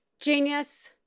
genius